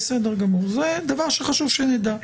בסדר גמור, זה דבר שחשוב שנדע.